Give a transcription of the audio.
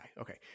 okay